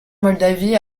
moldavie